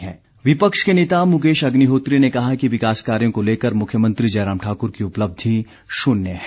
अग्निहोत्री विपक्ष के नेता मुकेश अग्निहोत्री ने कहा है कि विकास कार्यों को लेकर मुख्यमंत्री जयराम ठाकुर की उपलब्धि शून्य है